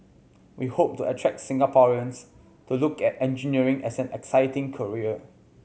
we hope to attract Singaporeans to look at engineering as an exciting career